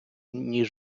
ніж